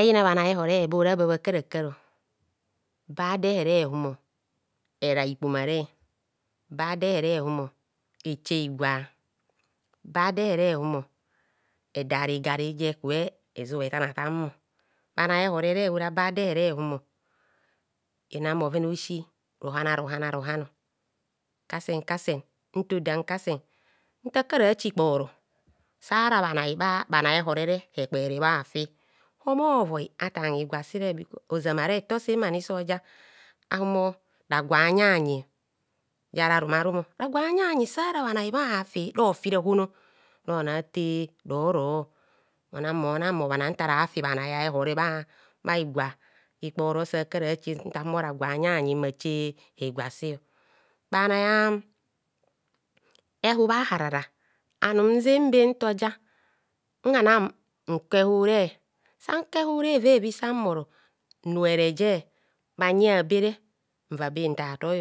Eyina bhai a’rhore bora ba bhaka rakar ba do ehere humor ers ikepomare, bado ere humo eche higwa, jado ere humo edare igari jeke zzub etan atanmo bhanai a’ehore ora bado ehere humor eron bhoven a’osi rohan rohan a’rohan kasen kasen nto dan kasen kasen. nto dam kasen nta kara che igboro sara bhanai bho bhanai a’ehore hekpere bhafi omo voi atan higwa sire bkos ozama retor sem soja ahumo ragwa anya yio jara rum a rum, ragwa anyanyi sara bhanai bhafi rofi rahon. rona ate roro onan mona mmo bhana ntara fi bhanai a’ehere bha higwa igbore sa kara che nta humor ragwa anyayi mmache higwa si bhanai a’ehub a’harara anum nzen be nyoja nhara nkor ehubho san kor ehure evevi san bhoro nmere je bhanyi abere nvabe nta toi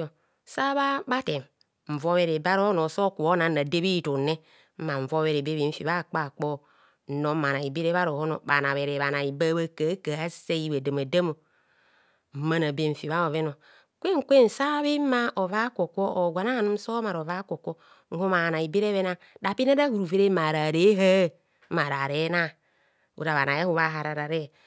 sa bha term nvobhere be ara onor oso kubhe nan radere bhifum mman vobhere be bhinfi bhikpa kpo nro bhanai bere bha rohon bha na bhere bhanai ba bha kahskaha re sei bhadamadam humana be nfi bha bhoven kwen kwen sa bhin mar ova kwokwo or gwan anum so omar ova kwo kwo nhumo bhanaibere bhena rapia ahuru vere mmara are har mmara ave nah. Ora bhạnai ehub ạhararare